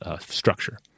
structure